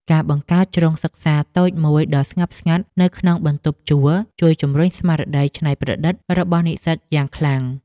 ការបង្កើតជ្រុងសិក្សាតូចមួយដ៏ស្ងប់ស្ងាត់នៅក្នុងបន្ទប់ជួលជួយជម្រុញស្មារតីច្នៃប្រឌិតរបស់និស្សិតយ៉ាងខ្លាំង។